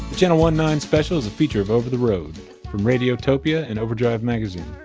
channel one-nine special is a feature of over the road, from radiotopia and overdrive magazine.